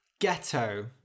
Ghetto